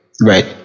Right